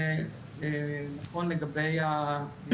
זה נכון לגבי הדיון המשותף.